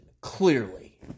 clearly